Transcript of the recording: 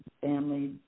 family